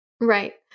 Right